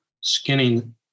skinning